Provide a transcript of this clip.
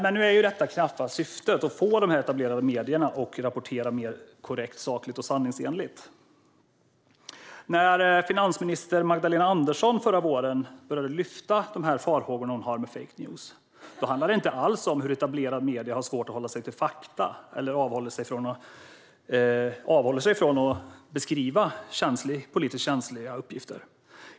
Nu är syftet knappast att få de etablerade medierna att rapportera mer korrekt, sakligt och sanningsenligt. När finansminister Magdalena Andersson förra våren började lyfta farhågorna rörande fake news handlade det inte alls om hur etablerade medier har svårt att hålla sig till fakta eller hur man avhåller sig från att beskriva politiskt känsliga uppgifter.